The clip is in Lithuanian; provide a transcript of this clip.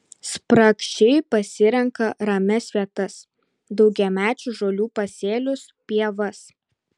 spragšiai pasirenka ramias vietas daugiamečių žolių pasėlius pievas